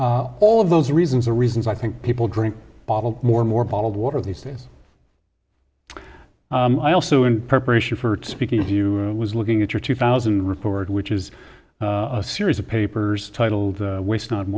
whatever all of those reasons are reasons i think people drink bottled more and more bottled water these days i also in preparation for speaking of you was looking at your two thousand report which is a series of papers titled waste not wan